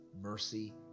mercy